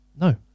no